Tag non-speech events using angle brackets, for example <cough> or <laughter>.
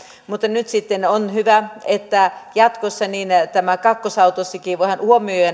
mutta nyt on hyvä että jatkossa kakkosautossakin voidaan huomioida <unintelligible>